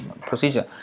procedure